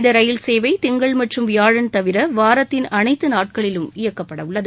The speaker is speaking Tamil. இந்த ரயில் சேவை திங்கள் மற்றும் வியாழன் தவிர வாரத்தின் அனைத்து நாட்களிலும் இயக்கப்பட உள்ளது